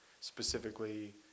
specifically